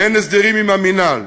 ואין הסדרים עם המינהל.